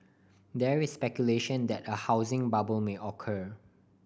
there is speculation that a housing bubble may occur